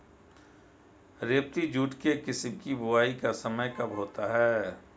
रेबती jute के किस्म की बुवाई का समय कब होता है?